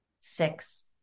six